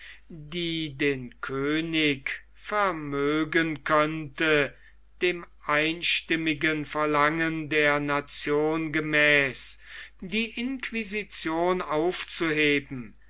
die den könig vermögen könnte dem einstimmigen verlangen der nation gemäß die inquisition aufzuheben